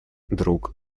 друг